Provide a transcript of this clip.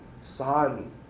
son